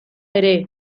ere